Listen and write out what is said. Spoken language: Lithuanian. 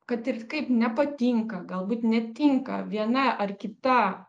kad ir kaip nepatinka galbūt netinka viena ar kita